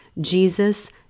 Jesus